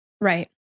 right